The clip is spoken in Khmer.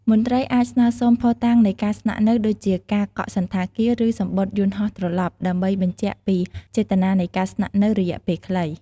មន្ត្រីអាចស្នើសុំភស្តុតាងនៃការស្នាក់នៅ ដូចជាការកក់សណ្ឋាគារ ឬសំបុត្រយន្តហោះត្រឡប់ ដើម្បីបញ្ជាក់ពីចេតនានៃការស្នាក់នៅរយៈពេលខ្លី។